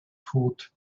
foot